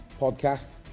podcast